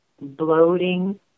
bloating